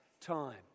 time